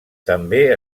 també